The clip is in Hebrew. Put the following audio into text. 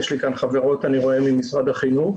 יש לי כאן חברות ממשרד החינוך.